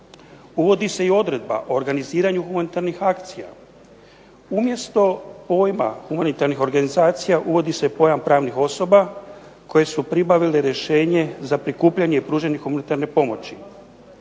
prikupljanjem i pružanjem humanitarne pomoći. Umjesto pojma humanitarnih organizacije, uvodi se pojam pravnih osoba ovim zakonom koje su pribavile rješenje za prikupljanje i pružanje humanitarne pomoći